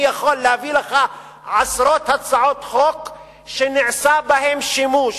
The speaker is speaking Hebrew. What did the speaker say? אני יכול להביא לך עשרות הצעות חוק שנעשה בהן שימוש.